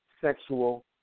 sexual